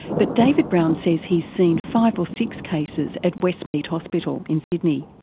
but david brown says he's seen five or six cases at westmead hospital in sydney.